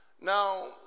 Now